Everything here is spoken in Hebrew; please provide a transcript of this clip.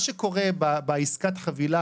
אפשר בתוך עסקת החבילה